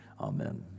Amen